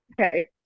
okay